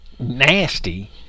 nasty